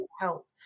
help